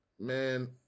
man